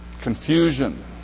confusion